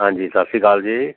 ਹਾਂਜੀ ਸਤਿ ਸ਼੍ਰੀ ਅਕਾਲ ਜੀ